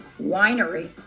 winery